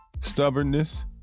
stubbornness